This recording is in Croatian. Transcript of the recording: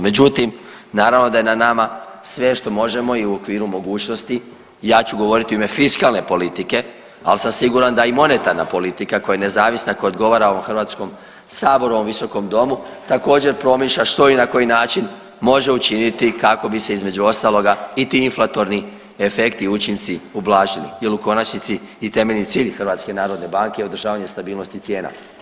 Međutim, naravno da je na nama sve što možemo i u okviru mogućnosti ja ću govoriti u ime fiskalne politike, ali sam siguran da i monetarna politika koja je nezavisna, koja odgovara Hrvatskom saboru, ovom Visokom domu također promišlja što i na koji način može učiniti kako bi se između ostaloga i ti inflatorni efekti, učinci ublažili jer u konačnici i temeljni cilj Hrvatske narodne banke je održavanje stabilnosti cijena.